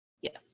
Yes